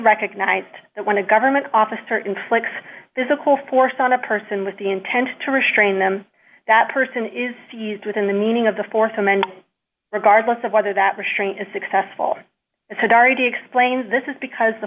recognized that when a government officer inflicts physical force on a person with the intent to restrain them that person is seized within the meaning of the th amendment regardless of whether that restraint is successful as had already explained this is because